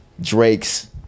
drake's